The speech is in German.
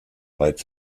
weit